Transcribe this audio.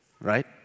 right